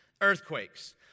earthquakes